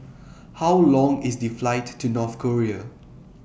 How Long IS The Flight to North Korea